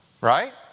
right